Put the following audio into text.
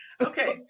Okay